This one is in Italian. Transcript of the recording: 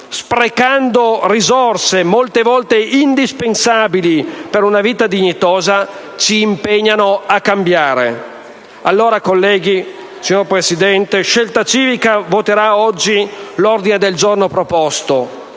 sprecando risorse molte volte indispensabili per una vita dignitosa, ci impegnano a cambiare. Signor Presidente, colleghi, Scelta Civica voterà oggi l'ordine del giorno proposto,